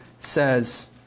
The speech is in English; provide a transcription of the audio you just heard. says